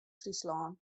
fryslân